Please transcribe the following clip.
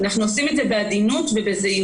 אנחנו עושים את זה בעדינות ובזהירות,